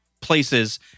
places